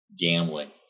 gambling